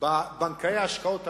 בבנקי ההשקעות האמריקניים,